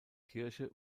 kirche